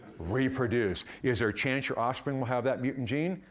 reproduce. is there a chance your offspring will have that mutant gene?